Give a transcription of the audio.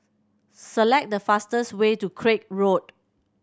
select the fastest way to Craig Road